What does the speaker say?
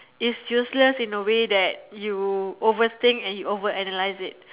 it's useless in a way that you overthink and you over analyse it